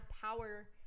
power